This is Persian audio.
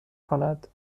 کند